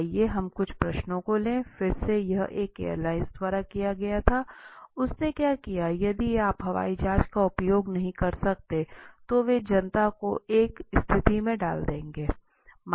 आइए हम कुछ प्रश्नों को लें फिर से यह एक एयरलाइन द्वारा किया गया था उसने क्या किया यदि आप हवाई जहाज का उपयोग नहीं कर सकते हैं तो वे जनता को एक स्थिति में डाल देंगे